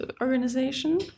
organization